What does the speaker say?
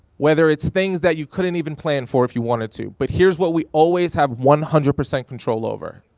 whether it's things that you couldn't even plan for if you wanted to. but here's what we always have one hundred percent control over.